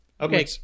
Okay